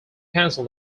cancel